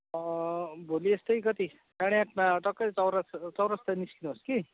भोलि यस्तै कति साढे आठमा टक्कै चौरास्त चौरास्ता निस्किनुहोस् कि